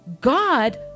God